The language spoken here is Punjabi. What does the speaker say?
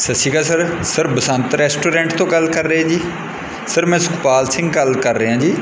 ਸਤਿ ਸ਼੍ਰੀ ਅਕਾਲ ਸਰ ਸਰ ਬਸੰਤ ਰੈਸਟੋਰੈਂਟ ਤੋਂ ਗੱਲ ਕਰ ਰਹੇ ਜੀ ਸਰ ਮੈਂ ਸੁੱਖਪਾਲ ਸਿੰਘ ਗੱਲ ਕਰ ਰਿਹਾ ਜੀ